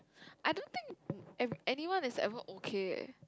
I don't think any~ anyone is ever okay eh